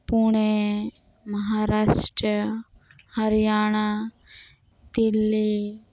Pune Maharashtra Haryana Delhi